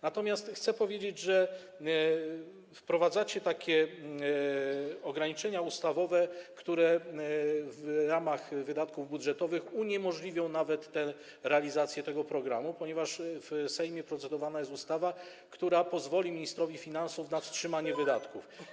Natomiast chcę powiedzieć, że wprowadzacie takie ograniczenia ustawowe, które w ramach wydatków budżetowych uniemożliwią nawet realizację tego programu, ponieważ w Sejmie proceduje się nad ustawą, która pozwoli ministrowi finansów na wstrzymanie wydatków.